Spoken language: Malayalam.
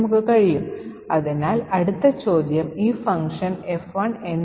ഇപ്പോൾ GCCയുടെ ഈ പ്രത്യേക പതിപ്പിൽ കാനറികൾ സാഭാവികമായി ചേർത്തിരിക്കുന്നു